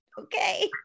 Okay